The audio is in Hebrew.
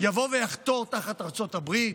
יבוא ויחתור תחת ארצות הברית?